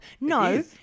no